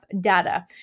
data